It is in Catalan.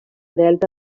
delta